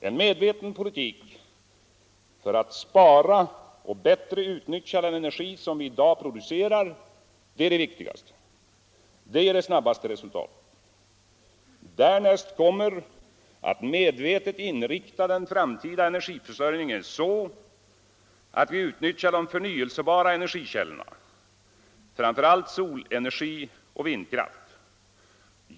En medveten politik för att spara och bättre utnyttja den energi som vi i dag producerar är det viktigaste. Det ger de snabbaste resultaten. Därnäst kommer att medvetet inrikta den framtida energiförsörjningen så att vi utnyttjar de förnyelsebara energikällorna, framför allt solenergi och vindkraft.